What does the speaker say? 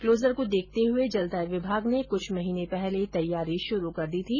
closure को देखते हुए जलदाय विभाग ने कुछ माह पहले तैयारी शुरू कर दी थी